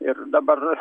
ir dabar